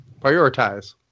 Prioritize